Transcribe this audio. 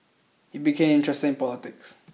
he became interested in politics